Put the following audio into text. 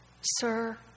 Sir